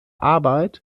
arbeit